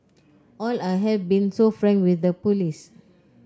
and I have been so frank with the police